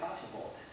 possible